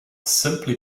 simply